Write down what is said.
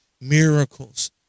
Miracles